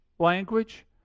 Language